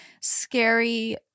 scary